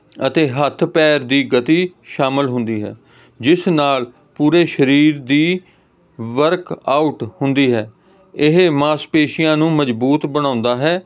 ਅਤੇ ਹੱਥ ਪੈਰ ਦੀ ਗਤੀ ਸ਼ਾਮਿਲ ਹੁੰਦੀ ਹੈ ਜਿਸ ਨਾਲ ਪੂਰੇ ਸਰੀਰ ਦੀ ਵਰਕ ਆਊਟ ਹੁੰਦੀ ਹੈ ਇਹ ਮਾਸਪੇਸ਼ੀਆਂ ਨੂੰ ਮਜ਼ਬੂਤ ਬਣਾਉਂਦਾ ਹੈ